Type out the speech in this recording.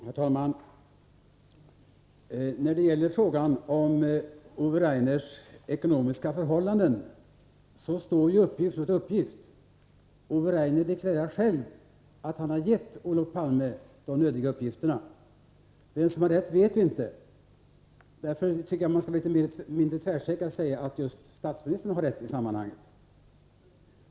Herr talman! När det gäller frågan om Ove Rainers ekonomiska förhållanden står uppgift mot uppgift. Ove Rainer deklarerar själv att han har gett Olof Palme de nödiga uppgifterna. Vem som har rätt vet vi inte. Jag tycker att man skall vara litet mindre tvärsäker på att det är just statsministern som har rätt.